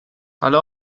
ale